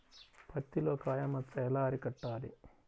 పత్తిలో కాయ మచ్చ ఎలా అరికట్టాలి?